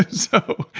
so,